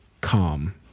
calm